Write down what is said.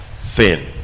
sin